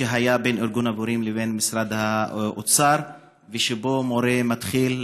שהיה בין ארגון המורים לבין משרד האוצר ושלפיו מורה מתחיל,